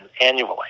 annually